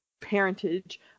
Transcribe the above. parentage